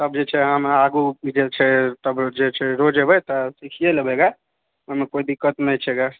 तब जे छै हमरा आगू जे छै जे छै रोज एबै तऽ सीखिए लेबै गऽ अयमे कोनो दिक्कत नहि छै गऽ